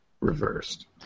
reversed